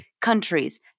countries